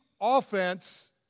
offense